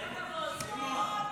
כל הכבוד, סימון.